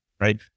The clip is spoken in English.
right